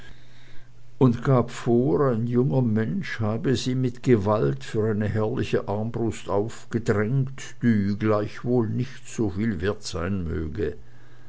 und gab vor ein junger mensch habe es ihm mit gewalt für eine herrliche armbrust aufgedrängt die gleichwohl nicht soviel wert sein möge